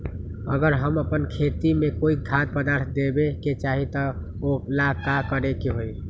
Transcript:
अगर हम अपना खेती में कोइ खाद्य पदार्थ देबे के चाही त वो ला का करे के होई?